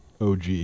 OG